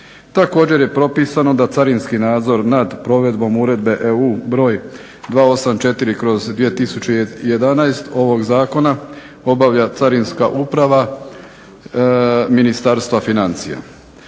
Također je propisani da carinski nadzor nad provedbom Uredbe EU br. 284/2011 ovog zakona obavlja Carinska uprava Ministarstva financija.